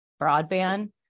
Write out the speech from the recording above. broadband